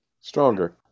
stronger